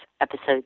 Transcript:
episode